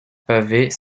pavés